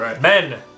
men